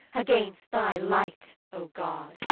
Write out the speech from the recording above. against thy light, o god,